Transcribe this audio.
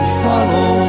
follow